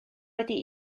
wedi